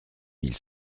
mille